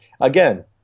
again